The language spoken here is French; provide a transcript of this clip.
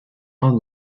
pan